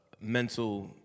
mental